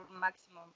maximum